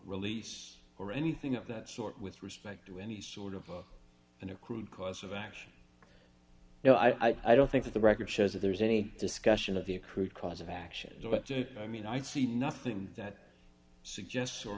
release or anything of that sort with respect to any sort of an accrued cause of action no i don't think that the record shows that there was any discussion of the accrued cause of action but i mean i see nothing that suggests or